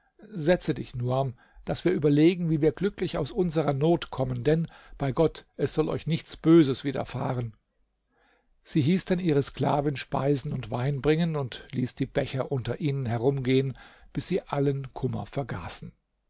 setze dich nuam daß wir überlegen wie wir glücklich aus unserer not kommen denn bei gott es soll euch nichts böses widerfahren sie hieß dann ihre sklavin speisen und wein bringen und ließ die becher unter ihnen herumgehen bis sie allen kummer vergaßen